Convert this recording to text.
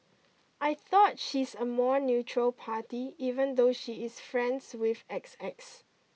I thought she's a more neutral party even though she is friends with X X